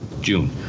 June